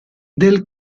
del